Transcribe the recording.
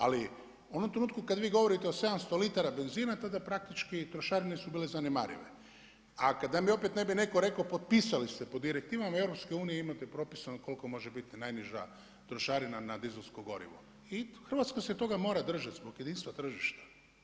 Ali u onom trenutku kad vi govorite o 700 litara benzina, tada praktički trošarine su bile zanemarive, a kad nam opet ne bi netko rekao potpisali ste po direktivama EU-a, imate propisano koliko može biti najniža trošarina na dizelsko gorivo i Hrvatska se toga držati zbog jedinstva tržišta.